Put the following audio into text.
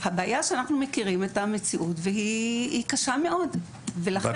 בעיה שאנחנו מכירים את המציאות והיא קשה מאוד ולכן --- ואת